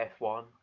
f1